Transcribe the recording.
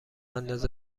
اندازه